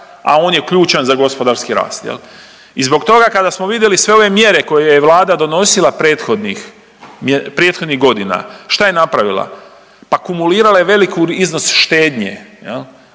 a on je ključan za gospodarski rast. I zbog toga, kada smo vidjeli sve ove mjere koje je Vlada donosila prethodnih godina, šta je napravila? Pa kumulirala je veliku iznos štednje,